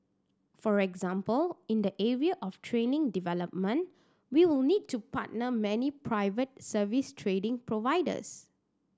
for example in the area of training development we will need to partner many private service trading providers